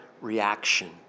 reaction